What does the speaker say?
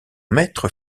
maître